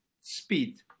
speed